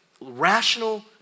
rational